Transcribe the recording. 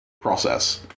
process